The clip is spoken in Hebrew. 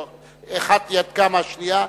או אחת ינקה מהשנייה,